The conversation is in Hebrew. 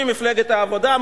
ממפלגת העבודה,